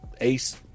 ace